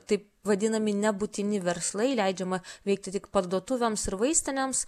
taip vadinami nebūtini verslai leidžiama veikti tik parduotuvėms ir vaistinėms